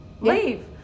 Leave